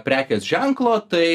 prekės ženklo tai